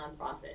nonprofit